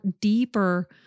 deeper